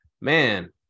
Man